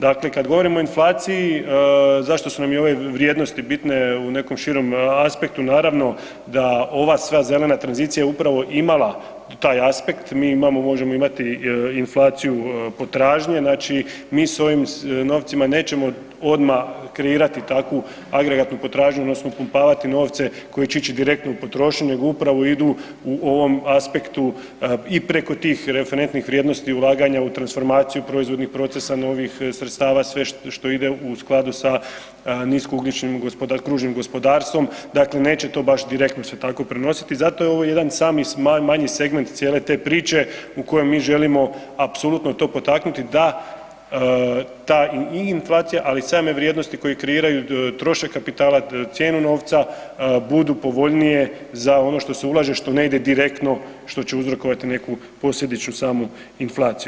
Dakle kad govorimo o inflaciji, zašto su nam i ove vrijednosti bitne u nekom širem aspektu, naravno da ova sva zelena tranzicija je upravo imala taj aspekt, mi imamo, možemo imati inflaciju potražnje, znači mi s ovim novcima nećemo odmah kreirati takvu agregatnu potražnju, odnosno upumpavati novce koji će ići direktno u potrošnju, nego upravo idu u ovom aspektu i preko tih referentnih vrijednosti, ulaganja u transformaciju proizvodnih procesa, novih sredstava, sve što ide u skladu sa niskougljičnim kružnim gospodarstvom, dakle neće to baš direktno se tako prenositi, zato je ovo jedan sami manji segment cijele te priče u kojem mi želimo apsolutno to potaknuti da ta i inflacija, ali i same vrijednosti koje kreiraju trošak kapitala, cijenu novca budu povoljnije za ono što se ulaže, što ne ide direktno što će uzrokovati neku posljedičnu samu inflaciju.